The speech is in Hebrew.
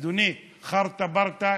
אדוני, חרטה ברטה.